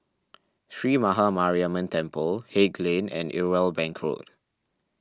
Sree Maha Mariamman Temple Haig Lane and Irwell Bank Road